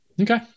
Okay